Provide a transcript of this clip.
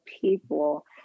people